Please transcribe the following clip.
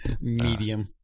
Medium